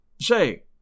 Say